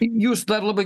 jūs dar labai